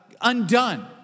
undone